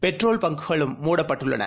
petrol bunk களும் மூடப்பட்டுள்ளன